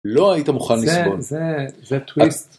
לא היית מוכן לסבול. זה זה זה טוויסט.